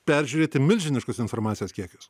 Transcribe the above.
peržiūrėti milžiniškus informacijos kiekius